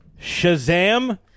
Shazam